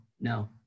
No